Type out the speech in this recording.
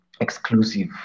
exclusive